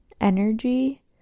energy